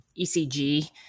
ECG